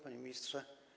Panie Ministrze!